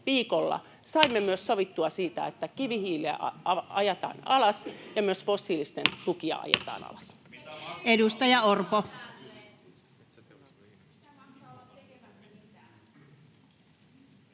saimme myös sovittua siitä, että kivihiiltä ajetaan alas ja myös fossiilisten tukia ajetaan alas.